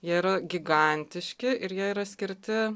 jie yra gigantiški ir jie yra skirti